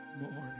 morning